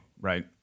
right